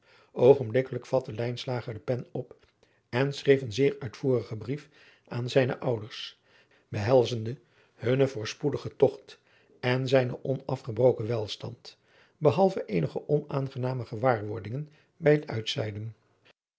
vatte lijnslager de pen op en schreef een zeer uitvoerigen brief aan zijne ouders behelzende hunnen voorspoedigen togt en zijnen onafgebroken welstand behalve eenige onaangename gewaarwordingen bij het uitzeilen